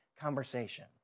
conversation